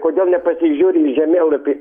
kodėl nepasižiūri į žemėlapį